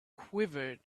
quivered